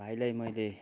भाइलाई मैले